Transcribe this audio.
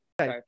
right